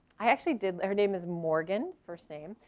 i actually did, her name is morgan first name.